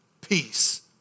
Peace